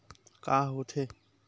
का होथे?